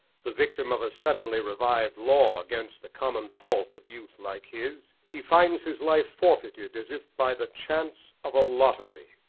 the victim of a suddenly revived law against the common fault of youth like his, he finds his life forfeited as if by the chance of a lottery.